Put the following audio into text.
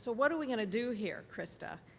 so what are we going to do here, christa?